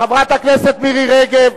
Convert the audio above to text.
חברת הכנסת מירי רגב,